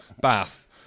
Bath